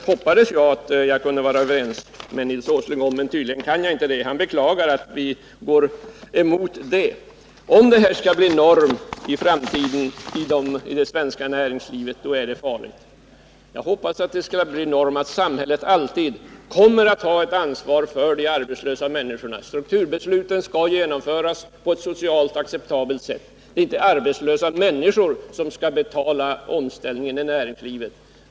Det hoppades jag att jag kunde vara överens med Nils Åsling om, men tydligen kan jag inte det. Han beklagar att vi går emot det. Om rörligheten skall bli norm i framtiden i det svenska näringslivet, då är det farligt. Jag hoppas att det kommer att bli norm att samhället alltid skall ta ansvar för de arbetslösa människorna. Strukturbesluten skall genomföras på ett socialt acceptabelt sätt. Det är inte arbetslösa människor som skall betala omställningen i näringslivet.